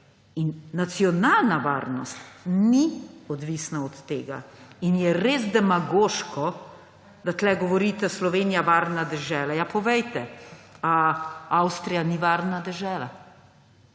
in nacionalna varnost ni odvisna od tega. In je res demagoško, da tu govorite, Slovenija – varna dežela. Ja, povejte, ali Avstrija ni varna dežela,